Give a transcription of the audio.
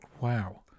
Wow